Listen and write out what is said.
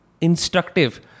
instructive